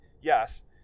yes